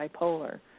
bipolar